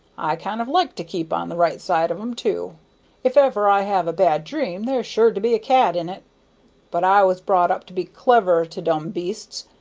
i kind of like to keep on the right side of em, too if ever i have a bad dream there's sure to be a cat in it but i was brought up to be clever to dumb beasts,